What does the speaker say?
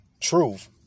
truth